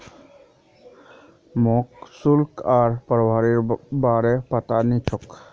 मोक शुल्क आर प्रभावीर बार पता नइ छोक